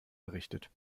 errichtet